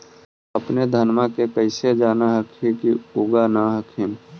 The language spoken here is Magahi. अपने धनमा के कैसे जान हखिन की उगा न हखिन?